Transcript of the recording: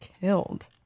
killed